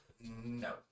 No